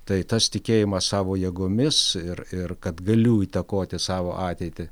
tai tas tikėjimas savo jėgomis ir ir kad galiu įtakoti savo ateitį